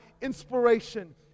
inspiration